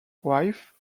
wife